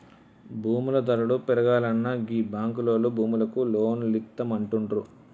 భూముల ధరలు పెరుగాల్ననా గీ బాంకులోల్లు భూములకు లోన్లిత్తమంటుండ్రు